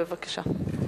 בבקשה.